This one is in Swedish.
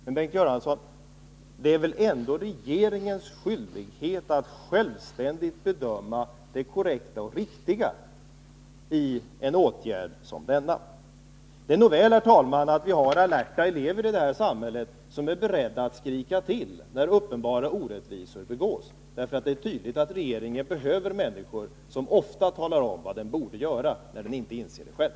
Men, Bengt Göransson, det är väl ändå regeringens skyldighet att självständigt bedöma det korrekta och riktiga i en åtgärd som denna? Det är nog väl, herr talman, att vi har alerta elever i samhället som är beredda att skrika till när uppenbara orättvisor begås. För det är tydligt att regeringen behöver människor som ofta talar om vad den bör göra när den inte inser det själv.